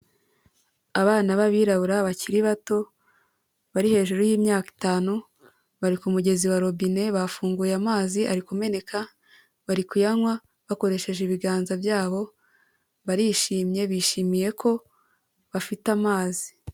Abana b'abirabura bakiri bato bari hejuru y'imyaka itanu bari ku mugezi wa robine bafunguye amazi ari kumeneka, bari kuyanywa bakoresheje ibiganza byabo, barishimye bishimiye ko bafite amazi.